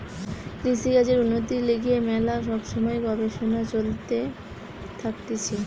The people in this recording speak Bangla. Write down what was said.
কৃষিকাজের উন্নতির লিগে ম্যালা সব সময় গবেষণা চলতে থাকতিছে